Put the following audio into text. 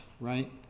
right